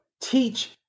teach